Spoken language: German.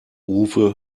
uwe